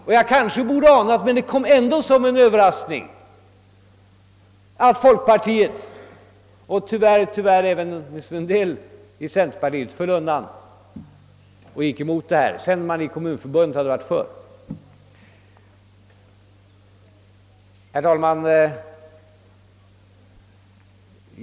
Jag borde kanske ha anat — men det kom ändå som en Överraskning — att folkpartiet gick emot propositionens förslag och att även en del av centerpartiledamöterna föll undan för detta, sedan man i kommunförbundet hade ställt sig positivt till dessa förslag. Herr talman!